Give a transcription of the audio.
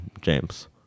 James